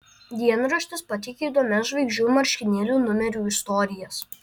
dienraštis pateikia įdomias žvaigždžių marškinėlių numerių istorijas